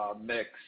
mix